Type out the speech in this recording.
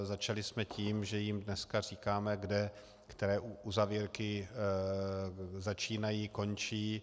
Začali jsme tím, že jim dneska říkáme, kde které uzavírky začínají, končí.